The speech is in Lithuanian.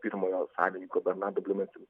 pirmojo savininko berndardo bliumenst